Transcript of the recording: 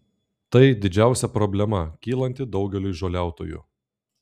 tai didžiausia problema kylanti daugeliui žoliautojų